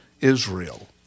Israel